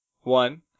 One